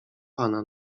pana